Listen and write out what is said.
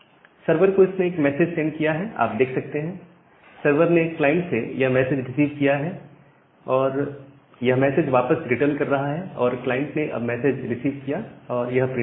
server को इसने एक मैसेज सेंड किया है आप देख सकते हैं सर्वर ने क्लाइंट से यह मैसेज रिसीव किया है और यह मैसेज वापस रिटर्न कर रहा है और क्लाइंट ने अब मैसेज रिसीव किया और यह प्रिंट किया है